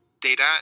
data